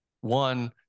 One